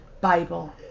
Bible